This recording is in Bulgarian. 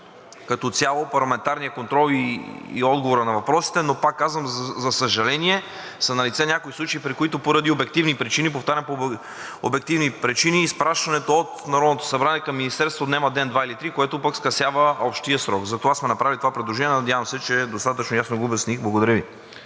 като цяло парламентарния контрол и отговора на въпросите, но, пак казвам, за съжаление, са налице някои случаи, при които поради обективни причини, повтарям – по обективни причини, от изпращането от Народното събрание към министерството няма ден, два или три, което пък скъсява общия срок. Затова сме направили това предложение. Надявам се, че достатъчно ясно го обясних. Благодаря Ви.